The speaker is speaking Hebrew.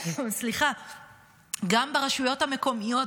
גם ברשויות המקומיות,